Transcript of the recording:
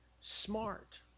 smart